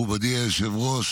מכובדי היושב-ראש,